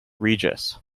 regis